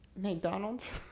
McDonald's